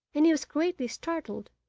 and he was greatly startled,